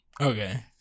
Okay